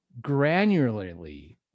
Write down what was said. granularly